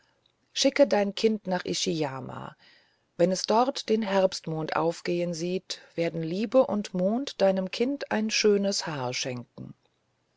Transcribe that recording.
schicke dein kind nach ishiyama wenn es dort den herbstmond aufgehen sieht werden liebe und mond deinem kind ein schönes haar schenken